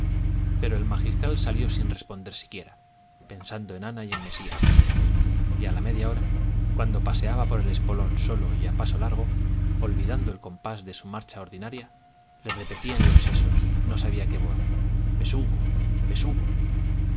pero el magistral salió sin responder siquiera pensando en ana y en mesía y a la media hora cuando paseaba por el espolón solo y a paso largo olvidando el compás de su marcha ordinaria le repetía en los sesos no sabía qué voz besugo besugo por qué